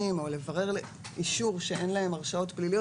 או לברר אישור שאין להם הרשעות פליליות,